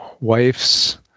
wife's